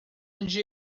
onde